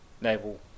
naval